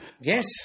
Yes